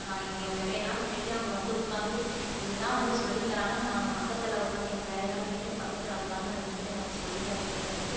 நான் இங்கே வேலையெல்லாம் விட்டுட்டு அங்கே வந்து உட்காந்து இது தான் வந்து சொல்லித்தராங்கன்னு நாங்கள் பக்கத்தில் உட்காந்து எங்கள் வேலையெல்லாம் விட்டுட்டு பக்கத்தில் உட்காந்து அதை வந்து நம்ம சொல்லித்தர வேண்டியதாக இருக்குது